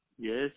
Yes